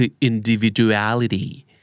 individuality